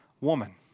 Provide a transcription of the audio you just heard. woman